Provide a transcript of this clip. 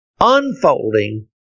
unfolding